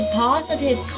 positive